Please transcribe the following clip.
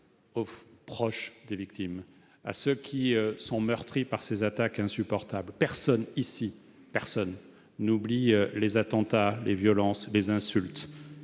aux proches des victimes, à ceux qui sont meurtris par ces attaques insupportables. Personne ici, personne, n'oublie les attentats, les violences et les insultes